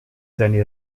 seine